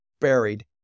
buried